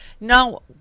No